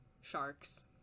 sharks